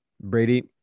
Brady